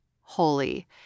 holy